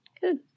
Good